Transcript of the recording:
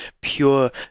pure